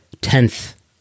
tenth